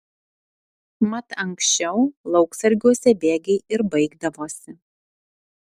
mat anksčiau lauksargiuose bėgiai ir baigdavosi